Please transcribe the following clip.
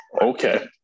Okay